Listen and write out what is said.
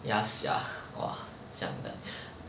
ya sia !wah! 想的